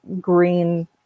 green